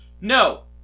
No